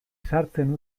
sartzen